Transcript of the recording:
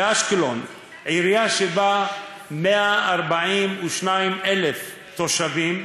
באשקלון, עירייה שבה 142,000 תושבים,